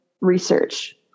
research